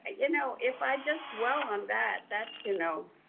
ah you know if i just dwell on that, that you know,